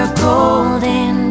golden